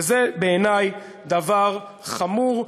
וזה בעיני דבר חמור,